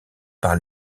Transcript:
par